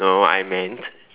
no I meant